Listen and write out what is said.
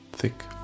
Thick